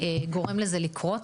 גורם לזה לקרות,